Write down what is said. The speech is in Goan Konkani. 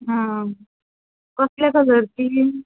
हा कसल्या कलरचीं